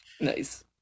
nice